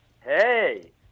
hey